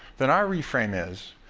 then our reframe is,